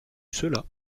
cela